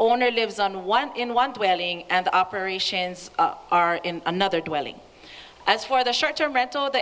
owner lives on one in one where ling and operations are in another dwelling as for the short term rental